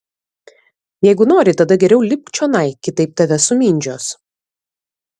jeigu nori tada geriau lipk čionai kitaip tave sumindžios